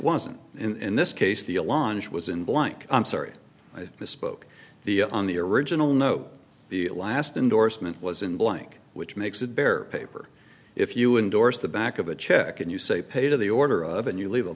wasn't in this case the a launch was in blank i'm sorry i misspoke the on the original note the last endorsement was in blank which makes it bear paper if you indorse the back of a check and you say pay to the order of and you leave a